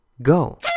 Go